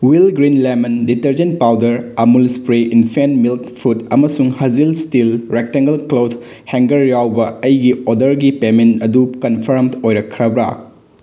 Wheel green lemon detergent powder Amul spray infant milk food ꯑꯃꯁꯨꯡ ꯍꯖꯤꯜ steel rectangle cloth hanger ꯌꯥꯎꯕ ꯑꯩꯒꯤ ꯑꯣꯔꯗꯔꯒꯤ ꯄꯦꯃꯦꯟ ꯑꯗꯨ ꯀꯟꯐꯥꯔꯝ ꯇꯧꯔꯛꯈ꯭ꯔꯕ꯭ꯔꯥ